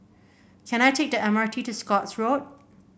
can I take the M R T to Scotts Road